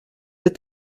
être